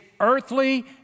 earthly